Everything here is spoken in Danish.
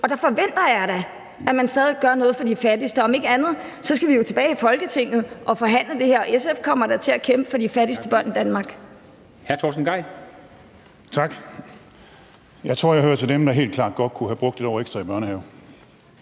og der forventer jeg da, at man stadig gør noget for de fattigste – om ikke andet skal vi jo tilbage i Folketinget og forhandle det her, og SF kommer da til at kæmpe for de fattigste børn i Danmark.